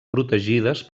protegides